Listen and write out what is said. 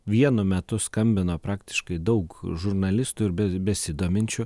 vienu metu skambino praktiškai daug žurnalistų ir be besidominčių